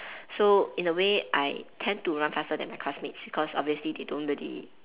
so in a way I tend to run faster than my classmates because obviously they don't really